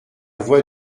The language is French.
voix